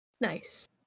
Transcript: Nice